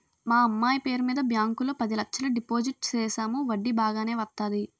మా అమ్మాయి పేరు మీద బ్యాంకు లో పది లచ్చలు డిపోజిట్ సేసాము వడ్డీ బాగానే వత్తాది